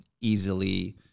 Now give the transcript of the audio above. easily